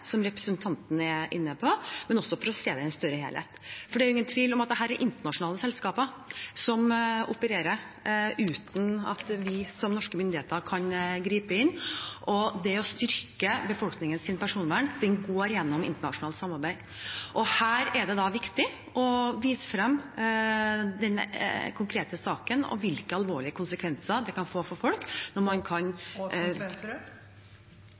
som representanten er inne på, og for å se det i en større helhet. Det er ingen tvil om at dette er internasjonale selskaper som opererer uten at vi som norske myndigheter kan gripe inn, og veien til å styrke befolkningens personvern går via internasjonalt samarbeid. Her er det viktig å vise frem den konkrete saken og hvilke alvorlige konsekvenser det kan få for folk.